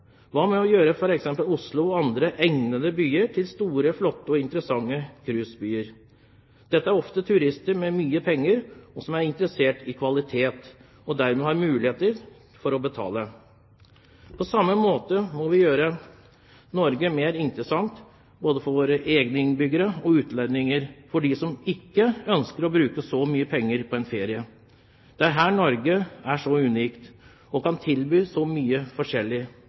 Hva med å gjøre f.eks. Oslo og andre egnede byer til store, flotte og interessante cruisebyer? Dette er ofte turister med mye penger som er interessert i kvalitet, og som dermed har mulighet til å betale. På samme måte må vi gjøre Norge mer interessant for dem som ikke ønsker å bruke så mye penger på en ferie, både når det gjelder våre egne innbyggere, og når det gjelder utlendinger. Det er her Norge er så unikt og kan tilby så mye forskjellig.